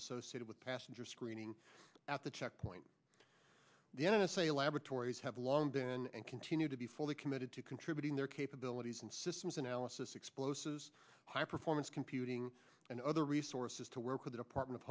associated with passenger screening at the checkpoint the n s a laboratories have long been and continue to be fully committed to contributing their capabilities and systems analysis explosives high performance computing and other resources to work with the department of